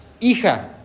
hija